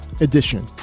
Edition